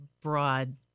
broad